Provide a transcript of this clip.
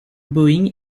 boeing